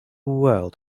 world